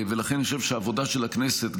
ולכן אני חושב שהעבודה של הכנסת,